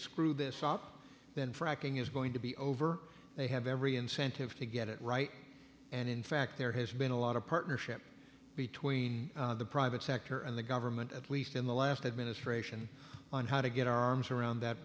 screw this up then fracking is going to be over they have every incentive to get it right and in fact there has been a lot of partnership between the private sector and the government at least in the last administration on how to get our arms around that